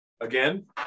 again